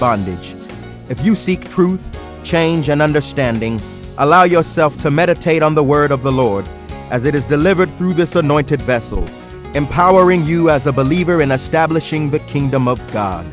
bondage if you seek truth change and understanding allow yourself to meditate on the word of the lord as it is delivered through this anointed vessel empowering you as a believer in